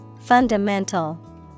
Fundamental